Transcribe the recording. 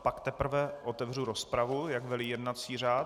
Pak teprve otevřu rozpravu, jak velí jednací řád.